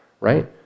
right